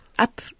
Up